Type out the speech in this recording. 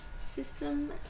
system